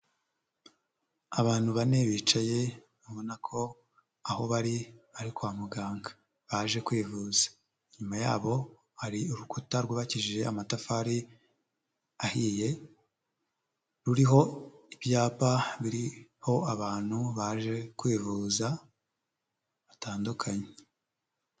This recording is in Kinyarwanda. Abantu bane bicaye ubona ko aho bari ari kwa muganga baje kwivuza, nyuma yabo hari urukuta rwubakijije amatafari ahiye, ruriho ibyapa biriho abantu baje kwivuza batandukanye.